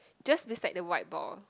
just beside the white ball